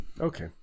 Okay